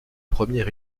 premier